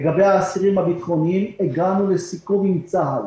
לגבי האסירים הביטחוניים הגענו לסיכום עם צה"ל